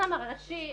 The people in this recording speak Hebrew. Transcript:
החסם הראשי,